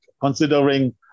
considering